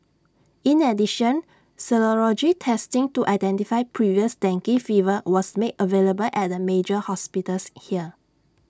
in addition serology testing to identify previous dengue favor was made available at the major hospitals here